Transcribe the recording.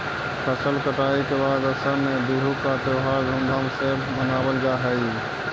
फसल कटाई के बाद असम में बिहू का त्योहार धूमधाम से मनावल जा हई